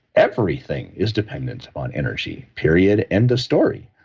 everything is dependent on energy. period. end of story.